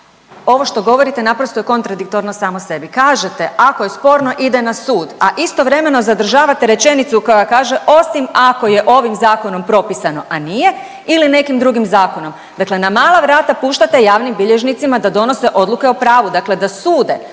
ovo što govorite naprosto je kontradiktorno samo sebi. Kažete ako je sporno ide na sud, a istovremeno zadržavate rečenicu koja kaže, osim ako je ovim zakonom propisano, a nije ili nekim drugim zakonom. Dakle, na mala vrata puštate javnim bilježnicima da donose odluke o pravu, dakle da sude